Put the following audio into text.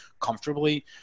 comfortably